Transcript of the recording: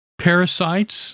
Parasites